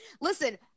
Listen